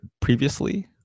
previously